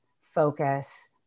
focus